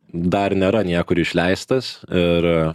dar nėra niekur išleistas ir